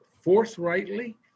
forthrightly